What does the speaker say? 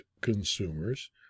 consumers